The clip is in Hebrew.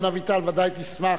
חבר הכנסת דורון אביטל, ודאי תשמח